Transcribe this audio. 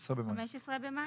15 במאי.